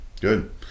Good